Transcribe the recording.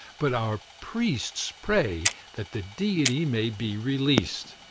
but our priests pray that the deity may be released,